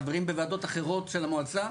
חברים בוועדות אחרות של המועצה,